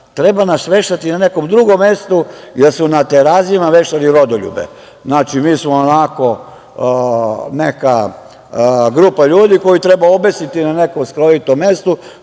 treba nas vešati na nekom drugom mestu, jer su na Terazijama vešali rodoljube. Znači, mi smo onako neka grupa ljudi koju treba obesiti na nekom skrovitom mestu,